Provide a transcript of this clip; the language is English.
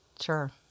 Sure